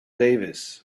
davis